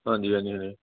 ਹਾਂਜੀ ਹਾਂਜੀ ਹਾਂਜੀ